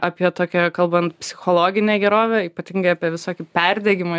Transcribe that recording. apie tokią kalbant psichologinę gerovę ypatingai apie visokį perdegimą